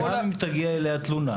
גם אם תגיע אליה תלונה,